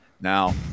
Now